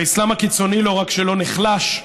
האסלאם הקיצוני לא רק שלא נחלש,